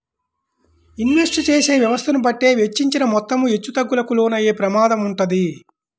invest చేసే వ్యవస్థను బట్టే వెచ్చించిన మొత్తం హెచ్చుతగ్గులకు లోనయ్యే ప్రమాదం వుంటది